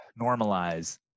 normalize